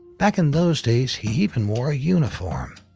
back in those days he even wore a uniform.